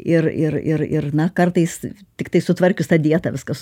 ir ir ir ir na kartais tiktai sutvarkius tą dietą viskas